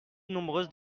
nombreuses